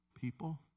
People